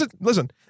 Listen